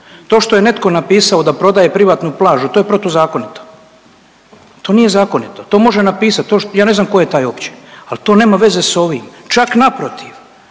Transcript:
To što je netko napisao da prodaje privatnu plažu to je protuzakonito, to nije zakonito. To može napisati. Ja ne znam tko je taj uopće, ali to nema veze sa ovim. Čak naprotiv